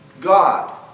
God